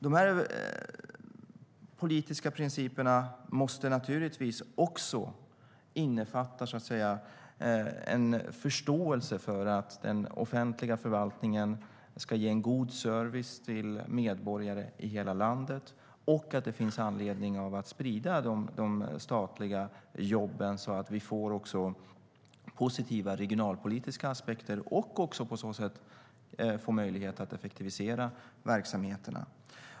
De här politiska principerna måste naturligtvis även innefatta en förståelse för att den offentliga förvaltningen ska ge en god service till medborgare i hela landet. Det finns anledning att sprida de statliga jobben, så att vi får positiva regionalpolitiska aspekter och på så sätt också får möjlighet att effektivisera verksamheterna.